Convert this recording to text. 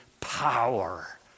power